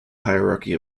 hierarchy